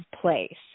place